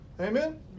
Amen